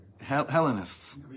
Hellenists